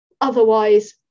otherwise